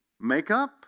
Makeup